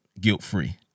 guilt-free